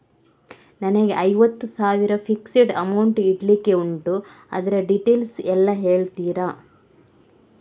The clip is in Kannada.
ನನಗೆ ಐವತ್ತು ಸಾವಿರ ಫಿಕ್ಸೆಡ್ ಅಮೌಂಟ್ ಇಡ್ಲಿಕ್ಕೆ ಉಂಟು ಅದ್ರ ಡೀಟೇಲ್ಸ್ ಎಲ್ಲಾ ಹೇಳ್ತೀರಾ?